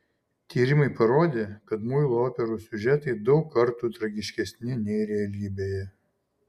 tyrimai parodė kad muilo operų siužetai daug kartų tragiškesni nei realybėje